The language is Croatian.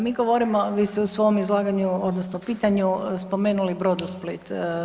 Mi govorimo, vi ste u svom izlaganju odnosno pitanju spomenuli Brodosplit.